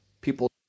People